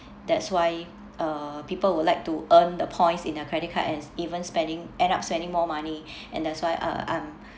that's why uh people would like to earn the points in a credit card and even spending end up spending more money and that's why uh I'm